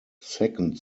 second